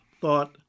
thought